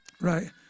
Right